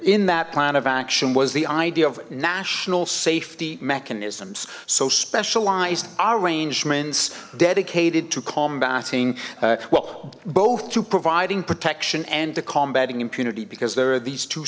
n that plan of action was the idea of national safety mechanisms so specialized arrangements dedicated to combating well both to providing protection and to combating impunity because there are these two